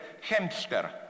hamster